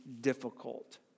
difficult